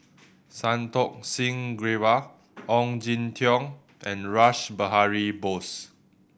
Santokh Singh Grewal Ong Jin Teong and Rash Behari Bose